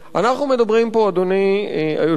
אנחנו מדברים פה, אדוני היושב-ראש,